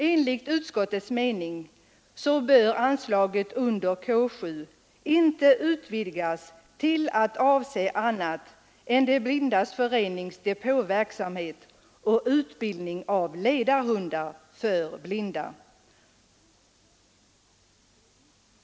Enligt utskottets mening bör anslaget under K 7 inte utvidgas till att avse annat än De blindas förenings depåverksamhet och utbildning av ledarhundar för blinda.